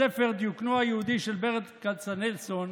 בספר "דיוקנו היהודי של ברל כצנלסון"